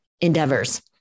endeavors